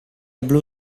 blu